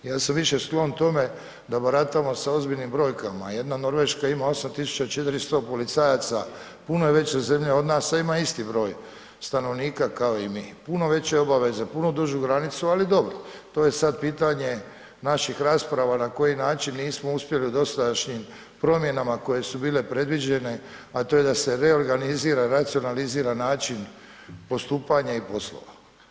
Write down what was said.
Ja sam više sklon tome da baratamo sa ozbiljnim brojkama, jedna Norveška ima osam tisuća četristo policajaca, puno je veća zemlja od nas, a ima isti broj stanovnika kao i mi, puno veće obaveze, puno dužu granicu, ali dobro, to je sad pitanje naših rasprava na koji način nismo uspjeli u dosadašnjim promjenama koje su bile predviđene, a to je da se reorganizira, racionalizira način postupanja i poslova.